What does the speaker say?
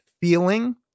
feeling